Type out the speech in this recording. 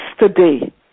yesterday